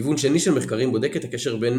כיוון שני של מחקרים בודק את הקשר בין